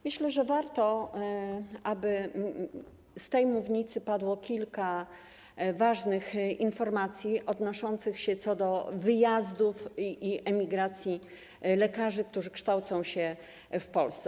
Myślę, że warto, aby z tej mównicy padło kilka ważnych informacji odnoszących się do wyjazdów i emigracji lekarzy, którzy kształcą się w Polsce.